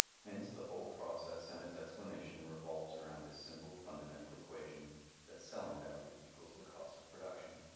hence the whole process and its explanation revolves around this simple fundamental equation that selling value equals the cost of production.